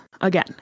again